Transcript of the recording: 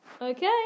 okay